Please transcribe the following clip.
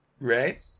right